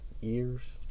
years